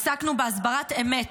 עסקנו בהסברת אמת